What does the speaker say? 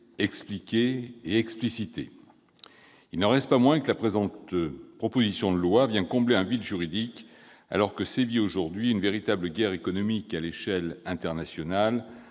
expliquées et explicitées. Il n'en reste pas moins que la présente proposition de loi vient combler un vide juridique, alors que sévit aujourd'hui une véritable guerre économique à l'échelle internationale